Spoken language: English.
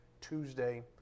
Tuesday